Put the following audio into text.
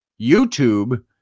YouTube